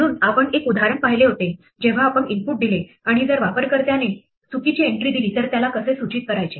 म्हणून आपण एक उदाहरण पाहिले होते जेव्हा आपण इनपुट दिले आणि जर वापरकर्त्याने आणि चुकीची एन्ट्री दिली तर त्याला कसे सूचित करायचे